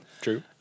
true